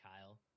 Kyle